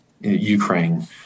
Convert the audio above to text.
Ukraine